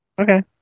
Okay